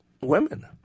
women